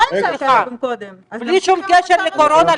בלי שום קשר לקורונה,